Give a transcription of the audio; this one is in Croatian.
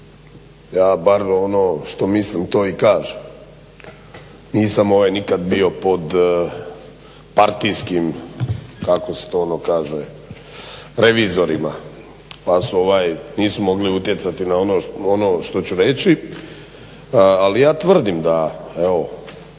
Ja bar ono što mislim to i kažem. Nisam ovaj nikad bio pod partijskim kako se to ono kaže revizorima. Pa su ovaj nisu mogli utjecati na ono što ću reći ali ja tvrdim da ovaj